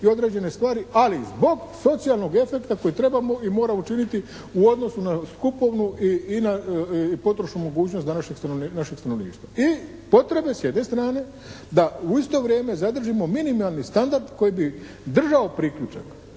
i određene stvari, ali zbog socijalnog efekta koji trebamo i mora učiniti u odnosu na skupovnu i na potrošnu mogućnost današnjeg stanovništva, našeg stanovništva. I potrebe s jedne strane da u isto vrijeme zadržimo minimalni standard koji bi držao priključak